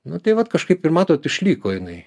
nu tai vat kažkaip ir matot išliko jinai